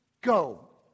go